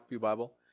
Bible